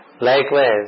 Likewise